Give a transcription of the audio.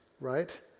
Right